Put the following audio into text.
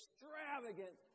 extravagant